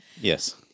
Yes